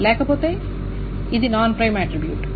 లేకపోతే ఇది non prime attribute